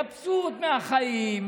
מבסוט מהחיים,